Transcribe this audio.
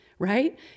right